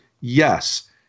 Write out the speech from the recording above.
Yes